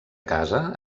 casa